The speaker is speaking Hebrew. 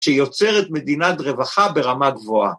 ‫שיוצרת מדינת רווחה ברמה גבוהה.